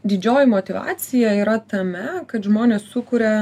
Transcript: didžioji motyvacija yra tame kad žmonės sukuria